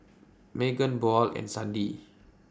Meagan Buel and Sandie